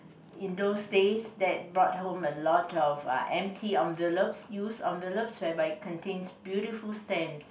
in those days that bought home a lot of uh empty envelopes used envelopes whereby it contains beautiful stamps